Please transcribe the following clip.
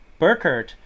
Burkert